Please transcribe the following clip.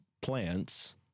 plants